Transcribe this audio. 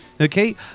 Okay